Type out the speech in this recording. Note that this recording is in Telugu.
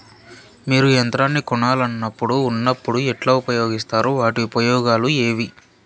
మీరు యంత్రాన్ని కొనాలన్నప్పుడు ఉన్నప్పుడు ఎట్లా ఉపయోగిస్తారు వాటి ఉపయోగాలు ఏవి?